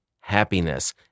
happiness